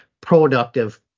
productive